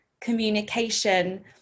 communication